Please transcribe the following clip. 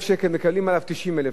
מקבלים עליו 90,000 שקל.